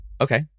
okay